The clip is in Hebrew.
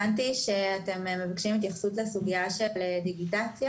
הבנתי שאתם מבקשים התייחסות לסוגיה של דיגיטציה